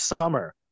summer